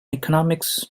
economics